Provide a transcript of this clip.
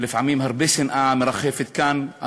הרבה שנאה מרחפת כאן.